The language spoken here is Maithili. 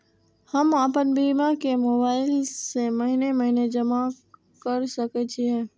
हम आपन बीमा के मोबाईल से महीने महीने जमा कर सके छिये?